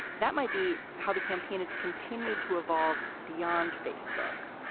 that might be how the campaign has continued to evolve beyond facebook.